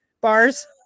bars